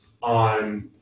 on